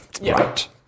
Right